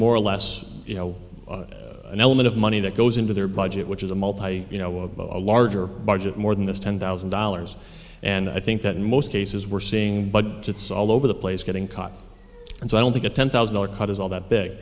more or less you know an element of money that goes into their budget which is a multi you know a larger budget more than this ten thousand dollars and i think that in most cases we're seeing but it's all over the place getting caught and so i don't think a ten thousand dollar cut is all that big